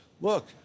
look